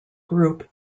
group